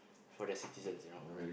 for their citizens you know